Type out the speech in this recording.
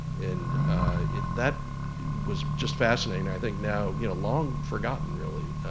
and that was just fascinating. i think now you know long forgotten, really.